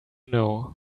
know